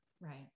right